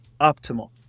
optimal